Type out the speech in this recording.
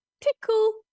tickle